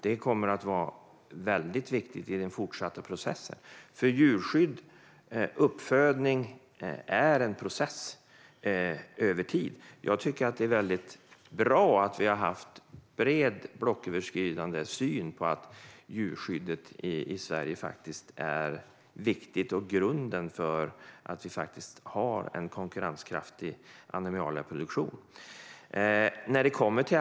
Det kommer att vara viktigt i den fortsatta processen, för djurskydd och uppfödning är en process över tid. Jag tycker att det är bra att vi har haft en bred, blocköverskridande syn på att djurskyddet i Sverige är viktigt och grunden för att vi har en konkurrenskraftig animalieproduktion.